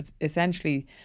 essentially